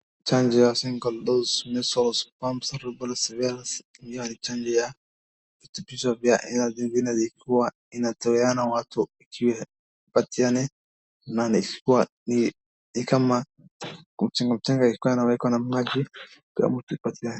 Chanjo ya single dose, measles, mumps, rubella, pia ni chanjo ya vitubisho vya zingine ikiwa inatoleana watu ikiwa wapatiane, na ni ikiwa ni kama kumtingtinga ikiwa inawekwa na maji, ikiwa mtu apatiwe.